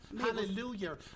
Hallelujah